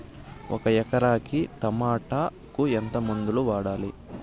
ఒక ఎకరాకి టమోటా కు ఎంత మందులు వాడాలి?